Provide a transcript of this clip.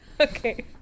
okay